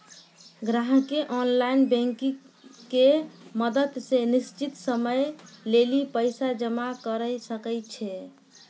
ग्राहकें online banking के मदत से निश्चित समय लेली पैसा जमा करै सकै छै